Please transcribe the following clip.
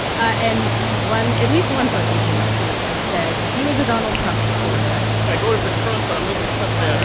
and one at least one person came up to you and said he was a donald trump supporter i voted for trump, but i'm looking for something better